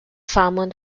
salmon